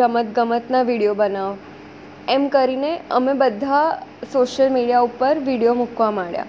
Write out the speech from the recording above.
રમત ગમતના વિડીયો બનાવ એમ કરીને અમે બધા સોસલ મીડિયા ઉપર વિડીયો મૂકવા માંડ્યા